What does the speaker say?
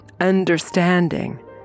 understanding